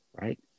right